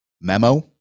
memo